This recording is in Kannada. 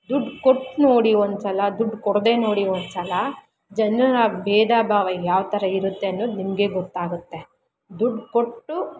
ದುಡ್ಡು ಕೊಟ್ಟು ನೋಡಿ ಒಂದ್ಸಲ ದುಡ್ಡು ಕೊಡದೇ ನೋಡಿ ಒಂದ್ಸಲ ಜನ ಭೇದ ಭಾವ ಯಾವ ಥರ ಇರುತ್ತೆ ಅನ್ನೋದು ನಿಮಗೆ ಗೊತ್ತಾಗುತ್ತೆ ದುಡ್ಡು ಕೊಟ್ಟು